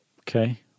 Okay